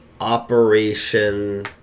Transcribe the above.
Operation